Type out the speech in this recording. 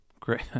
Great